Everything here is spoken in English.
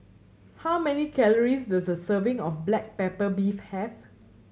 how many calories does a serving of black pepper beef have